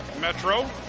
Metro